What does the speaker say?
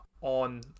on